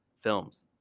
films